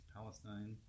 Palestine